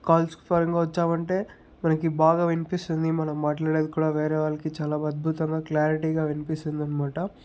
calls పరంగా వచ్చామంటే మనకి బాగా వినిపిస్తుంది మనం మాట్లాడేది కూడా వేరేవాళ్ళకి చాలా అద్భుతంగా చాలా క్లారిటీగా వినిపిస్తుందనమాట